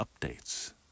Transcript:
updates